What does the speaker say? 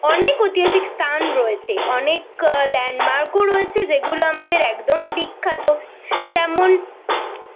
অনেক ঐতিহাসিক স্থান রয়েছে অনেক ল্যান্ডমার্কও রয়েছে যেগুলো আমাদের একদম বিখ্যাত যেমন